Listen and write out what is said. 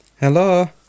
Hello